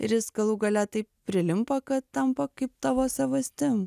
ir jis galų gale taip prilimpa kad tampa kaip tavo savastim